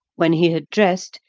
when he had dressed,